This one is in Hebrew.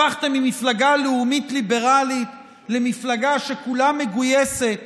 הפכתם ממפלגה לאומית ליברלית למפלגה שכולה מגויסת